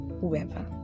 whoever